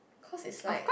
cause it's like